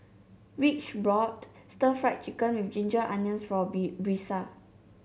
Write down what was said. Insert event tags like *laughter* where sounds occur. Ridge brought Stir Fried Chicken with Ginger Onions for *unintelligible* Brisa